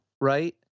right